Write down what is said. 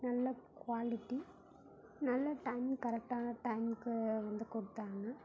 நல்ல குவாலிட்டி நல்ல டைம் கரெட்டான டைம்முக்கு வந்து கொடுத்தாங்க